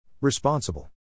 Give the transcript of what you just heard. Responsible